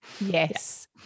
yes